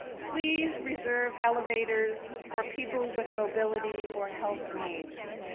please reserve elevators for people with mobility or health needs.